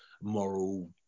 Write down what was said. moral